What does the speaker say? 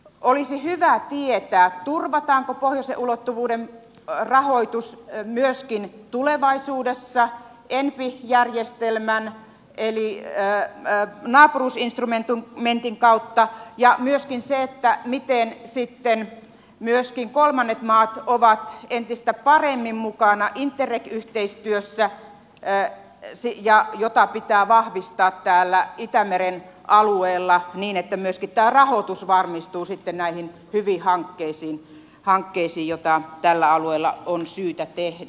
olisi hyvä tietää turvataanko pohjoisen ulottuvuuden rahoitus myöskin tulevaisuudessa enpi järjestelmän eli naapuruusinstrumentin kautta ja myöskin se miten sitten myöskin kolmannet maat ovat entistä paremmin mukana interreg yhteistyössä jota pitää vahvistaa täällä itämeren alueella niin että myöskin rahoitus varmistuu sitten näihin hyviin hankkeisiin joita tällä alueella on syytä tehdä